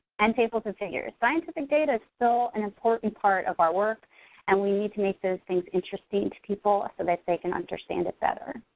and tables and figures. scientific data is still an important part of our work and we need to make those things interesting to people so that they can understand it better.